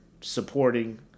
supporting